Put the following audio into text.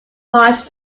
much